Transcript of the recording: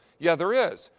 yeah there is.